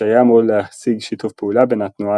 שהיה אמור להשיג שיתוף פעולה בין התנועה